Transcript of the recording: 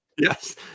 yes